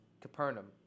capernaum